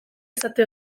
estatu